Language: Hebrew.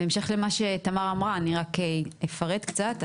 בהמשך למה שתמר אמרה אני אפרט קצת,